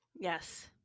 Yes